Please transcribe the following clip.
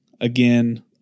again